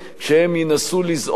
כשהם ינסו לזעוק פתאום,